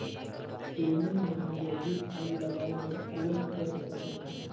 सेमी म जल्दी फल लगाय बर कौन कर सकत हन?